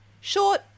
short